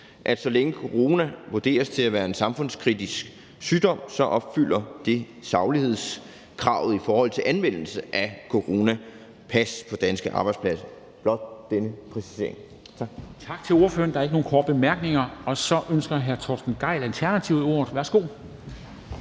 Så længe corona vurderes at være en samfundskritisk sygdom, opfylder det saglighedskravet i forhold til anvendelse af coronapas på danske arbejdspladser. Blot denne præcisering. Tak.